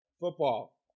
football